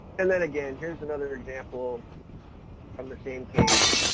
and then again, here's another example from the same case,